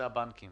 הבנקים